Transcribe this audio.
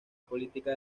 política